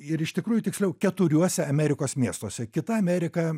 ir iš tikrųjų tiksliau keturiuose amerikos miestuose kita amerika